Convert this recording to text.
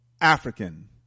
African